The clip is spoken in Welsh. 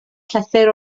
llythyr